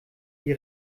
die